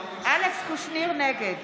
קושניר, נגד